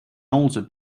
also